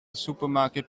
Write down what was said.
supermarket